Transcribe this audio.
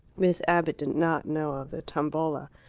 miss abbott did not know of the tombola.